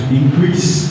increase